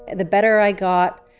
the better i got,